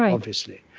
obviously,